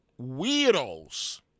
weirdos